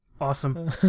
Awesome